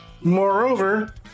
moreover